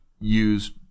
use